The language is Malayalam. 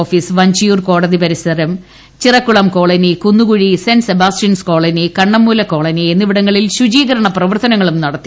ഓഫിസ് വഞ്ചിയൂർ കോടതി പരിസരം Chirakkulam colony Kunnukuzhi saint Sebastian's colony Kannammoola എന്നിവിടങ്ങളിൽ കോളനി ശുചീകരണ പ്രവർത്തനങ്ങളും നടത്തി